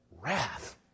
Wrath